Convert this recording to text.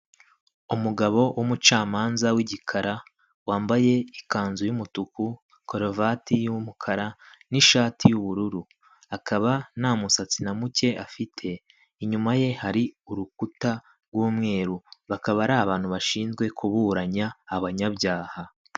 Umugabo w'umucamanza w'igikara wambaye ikanzu y'umutuku, karuvati y'umukara, n'ishati y'ubururu. Akaba nta musatsi na muke afite inyuma ye hari urukuta rw'umweru, bakaba ari abantu bashinzwe kuburanya abanyabyaha.